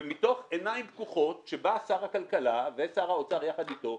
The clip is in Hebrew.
ומתוך עיניים פקוחות בא שר הכלכלה ושר האוצר יחד איתו,